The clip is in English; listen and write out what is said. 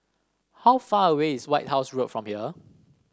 how far away is White House Road from here